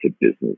business